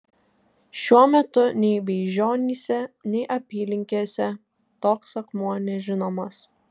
šiuo metu nei beižionyse nei apylinkėse toks akmuo nežinomas